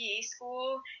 school